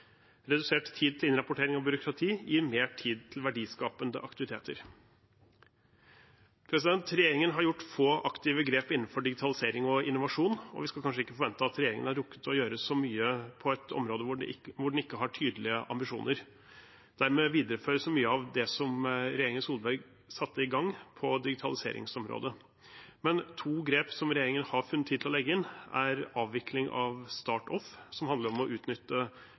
Redusert tid til innrapportering og byråkrati gir mer tid til verdiskapende aktiviteter. Regjeringen har gjort få aktive grep innenfor digitalisering og innovasjon, og vi skal kanskje ikke forvente at regjeringen har rukket å gjøre så mye på et område hvor den ikke har tydelige ambisjoner. Dermed videreføres mye av det som regjeringen Solberg satte i gang på digitaliseringsområdet. Men to grep som regjeringen har funnet tid til å legge inn, er avvikling av StartOff, som handler om å utnytte